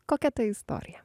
kokia ta istorija